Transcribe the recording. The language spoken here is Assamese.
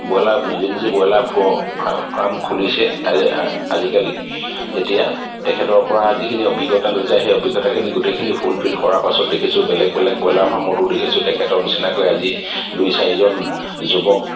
ব্ৰইলাৰ নিজে নিজে ব্ৰইলাৰ ফাৰ্ম খুলিছে আজিকালি এতিয়া তেখেতৰপৰা যিখিনি অভিজ্ঞতা লৈ যায় সেই অভিজ্ঞতাখিনি গোটেইখিনি ফুলফিল কৰাৰ পাছত দেখিছোঁ বেলেগ বেলেগ ব্ৰইলাৰ ফাৰ্মতো দেখিছোঁ তেখেতৰ নিচিনাকৈ আজি দুই চাৰিজন যুৱক